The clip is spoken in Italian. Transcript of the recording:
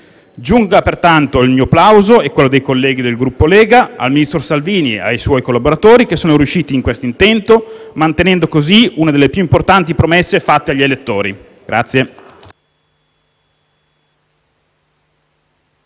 Giunga, pertanto, il mio plauso e quello dei colleghi del Gruppo Lega al ministro Salvini e ai suoi collaboratori, che sono riusciti in quest'intento, mantenendo così una delle più importanti promesse fatte agli elettori.